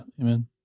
Amen